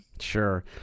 sure